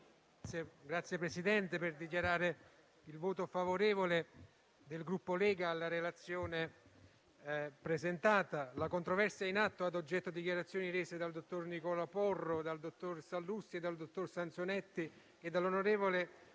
intervengo per dichiarare il voto favorevole del Gruppo Lega alla proposta presentata. La controversia in atto ha ad oggetto dichiarazioni rese dal dottor Nicola Porro, dal dottor Sallusti, dal dottor Sansonetti e dall'onorevole